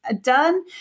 done